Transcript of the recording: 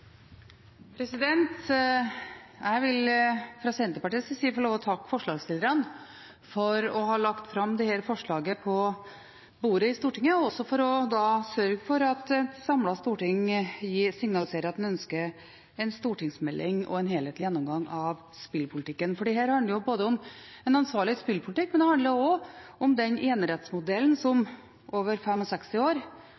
Jeg vil fra Senterpartiets side få lov til å takke forslagsstillerne for å ha lagt dette forslaget på bordet i Stortinget, og også for å sørge for at et samlet storting signaliserer at en ønsker en stortingsmelding og en helhetlig gjennomgang av spillpolitikken. For dette handler om en ansvarlig spillpolitikk, men det handler også om den enerettsmodellen som i over 65 år